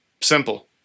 simple